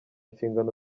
inshingano